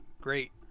great